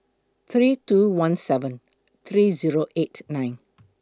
three two one seven three Zero eight nine